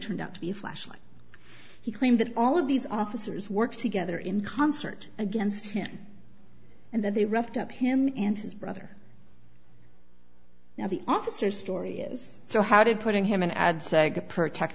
turned out to be a flashlight he claimed that all of these officers work together in concert against him and that they roughed up him and his brother now the officer story is so how did putting him in ad segued protect